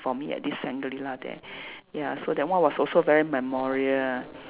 for me at this Shangri-La there ya so that one was also very memorial ah